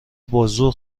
بازور